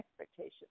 expectations